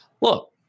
Look